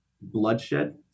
bloodshed